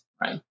right